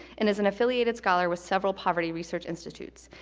and is an affiliated scholar with several poverty research institutes.